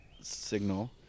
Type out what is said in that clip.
signal